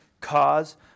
cause